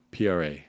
PRA